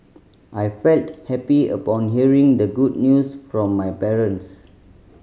I felt happy upon hearing the good news from my parents